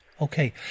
okay